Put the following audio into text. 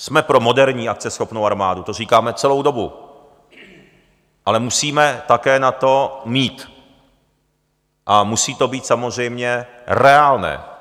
Jsme pro moderní, akceschopnou armádu, to říkáme celou dobu, ale musíme také na to mít a musí to být samozřejmě reálné.